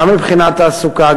גם מבחינת תעסוקה,